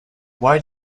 why